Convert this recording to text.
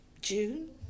june